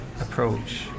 approach